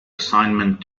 assignment